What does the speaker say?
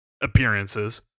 appearances